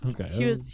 Okay